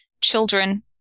children